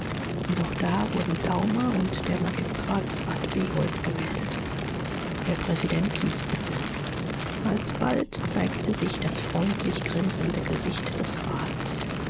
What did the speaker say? doch da wurden daumer und der magistratsrat behold gemeldet der präsident ließ bitten alsbald zeigte sich das freundlich grinsende gesicht des rats